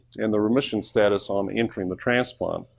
and the remission status on entering the transplant.